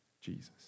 Jesus